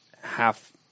half